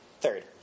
third